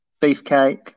beefcake